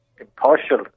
impartial